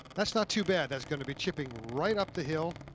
that's not too bad. that's going to be chipping. right up the hill.